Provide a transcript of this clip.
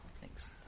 Thanks